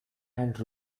hand